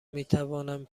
میتوانم